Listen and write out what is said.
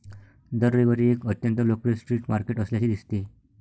दर रविवारी एक अत्यंत लोकप्रिय स्ट्रीट मार्केट असल्याचे दिसते